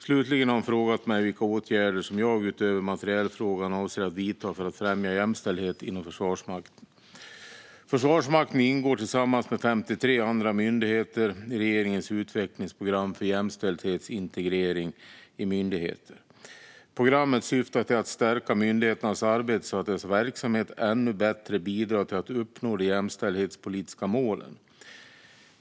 Slutligen har hon frågat mig vilka åtgärder som jag, utöver i materielfrågan, avser att vidta för att främja jämställdheten inom Försvarsmakten. Försvarsmakten ingår, tillsammans med 53 andra myndigheter, i regeringens utvecklingsprogram för jämställdhetsintegrering i myndigheter. Programmet syftar till att stärka myndigheternas arbete så att deras verksamhet ännu bättre bidrar till att uppnå de jämställdhetspolitiska målen.